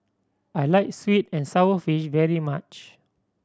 I like sweet and sour fish very much